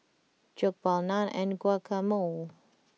Jokbal Naan and Guacamole